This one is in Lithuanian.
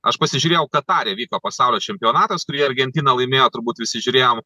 aš pasižiūrėjau katare vyko pasaulio čempionatas kurį argentina laimėjo turbūt visi žiūrėjom